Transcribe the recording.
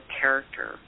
character